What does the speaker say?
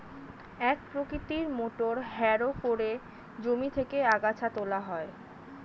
এক প্রকৃতির motor harrow করে জমি থেকে আগাছা তোলা হয়